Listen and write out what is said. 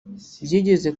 byigeze